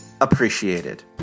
appreciated